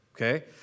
okay